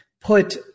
put